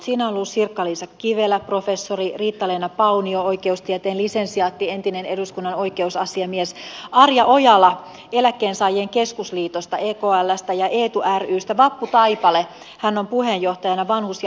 siinä ovat olleet sirkka liisa kivelä professori riitta leena paunio oikeustieteen lisensiaatti entinen eduskunnan oikeusasiamies arja ojala eläkkeensaajien keskusliitosta eklstä ja eetu rystä ja vappu taipale joka on puheenjohtajana vanhus ja lähimmäispalvelun liitossa